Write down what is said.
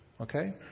okay